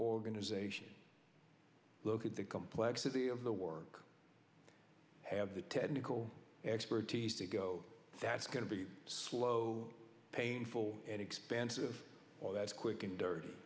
organization look at the complexity of the work have the technical expertise to go that's going to be slow painful and expensive or that quick and dirty